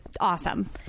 awesome